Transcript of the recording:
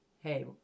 hey